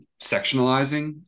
sectionalizing